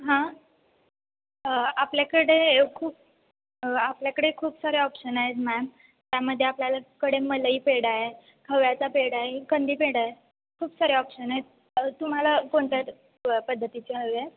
हां आपल्याकडे खूप आपल्याकडे खूप सारे ऑप्शन आहेत मॅम त्यामध्ये आपल्यालाकडे मलई पेडा आहे खव्याचा पेडा आहे कंदी पेडा आहे खूप सारे ऑप्शन आहेत तुम्हाला कोणत्या पद्धतीचे हवे आहे